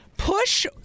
push